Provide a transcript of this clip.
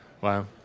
Wow